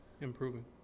improving